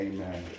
Amen